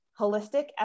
holistic